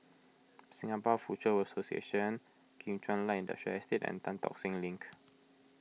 Singapore Foochow Association Kim Chuan Light Industrial Estate and Tan Tock Seng Link